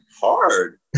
hard